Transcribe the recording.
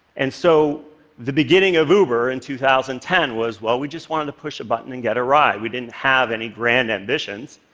and so the beginning of uber in two thousand and ten was well, we just wanted to push a button and get a ride. we didn't have any grand ambitions.